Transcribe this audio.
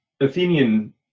Athenian